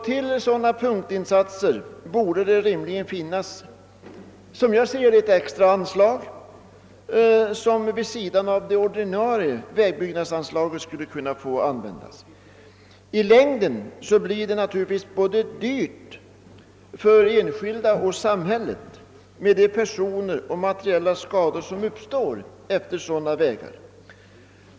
Till: sådana punktinsatser borde det rimligen finnas extra anslag vid sidan om det ordinarie vägbyggnadsanslaget. De personella och materiella skador som uppstår till följd av dessa dåliga vägar medför dryga kostnader, och det blir i längden dyrt för både de enskilda och samhället.